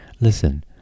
listen